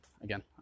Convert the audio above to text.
again